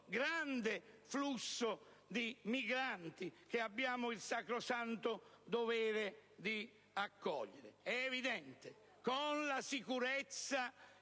grande flusso di migranti, che abbiamo il sacrosanto dovere di accogliere, con la sicurezza